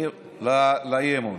לאי-אמון,